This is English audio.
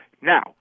Now